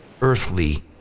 earthly